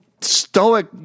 stoic